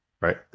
right